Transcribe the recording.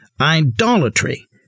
idolatry